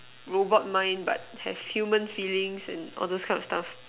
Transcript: robot mind but have human feelings and all those kind of stuff